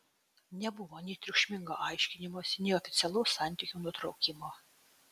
nebuvo nei triukšmingo aiškinimosi nei oficialaus santykių nutraukimo